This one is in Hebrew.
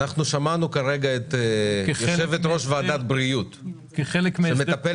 שמענו את יושבת-ראש ועדת הבריאות שמטפלת